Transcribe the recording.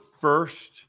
first